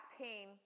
pain